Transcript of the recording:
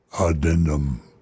addendum